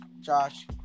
Josh